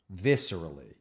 viscerally